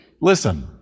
listen